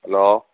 hello